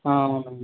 అవునండి